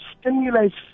stimulates